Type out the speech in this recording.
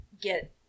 get